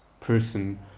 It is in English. person